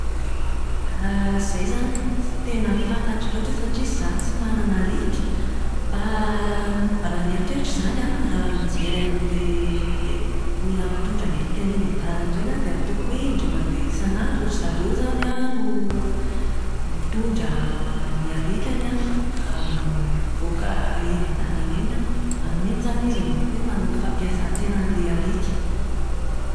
Izay izany tsy tena fantatro loatra satria izaho tsy manana alika. Fa ny eritreritro izany an, raha mijery an'ilay olona mitondra ny alikany eny an-dalana ireny aho dia ataoko hoe indray mandeha isan'andro ry zareo izany no mitondra ny alikany mivoaka eny an-dalana eny. Amin'iny izany izy no mety hoe manao fampiasàn-tenan'ilay alika.